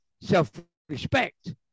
self-respect